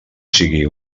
sigui